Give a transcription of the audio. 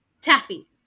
Taffy